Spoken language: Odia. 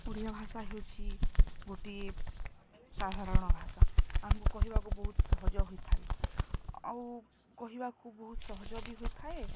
ଓଡ଼ିଆ ଭାଷା ହେଉଛି ଗୋଟିଏ ସାଧାରଣ ଭାଷା ଆମକୁ କହିବାକୁ ବହୁତ ସହଜ ହୋଇଥାଏ ଆଉ କହିବାକୁ ବହୁତ ସହଜ ବି ହୋଇଥାଏ